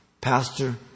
Pastor